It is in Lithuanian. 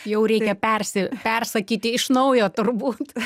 jau reikia persi persakyti iš naujo turbūt